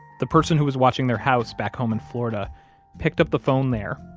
the person who was watching their house back home in florida picked up the phone there,